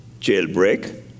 jailbreak